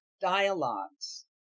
dialogues